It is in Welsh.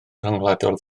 rhyngwladol